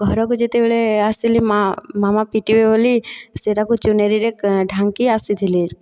ଘରକୁ ଯେତେବେଳେ ଆସିଲି ମା' ମାମା ପିଟିବେ ବୋଲି ସେ'ଟାକୁ ଚୁନରିରେ ଢାଙ୍କି ଆସିଥିଲି